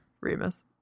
Remus